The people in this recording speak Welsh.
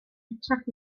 hytrach